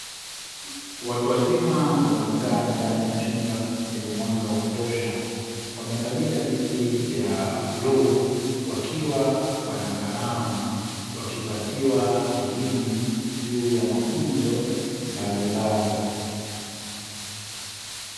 Watu wazima wamekaa ndani ya chumba chenye mwanga wa kutosha, wamekalia viti vya bluu, wakiwa wana kalamu, wakipatiwa elimu juu ya mafunzo mbalimbali.